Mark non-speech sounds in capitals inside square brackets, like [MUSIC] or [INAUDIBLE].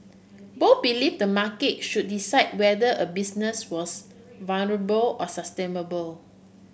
both believe the market should decide whether a business was [UNINTELLIGIBLE] or sustainable